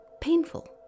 painful